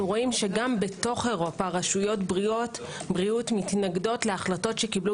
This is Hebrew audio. אנו רואים שגם בתוך אירופה רשויות בריאות מתנגדות להחלטות שקיבלו